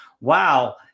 wow